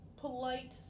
polite